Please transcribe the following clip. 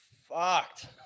fucked